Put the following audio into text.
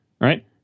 right